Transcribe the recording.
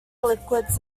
liquids